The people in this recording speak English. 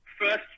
first